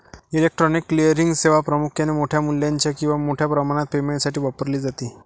electronic clearing सेवा प्रामुख्याने मोठ्या मूल्याच्या किंवा मोठ्या प्रमाणात पेमेंटसाठी वापरली जाते